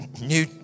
New